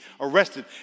arrested